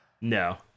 No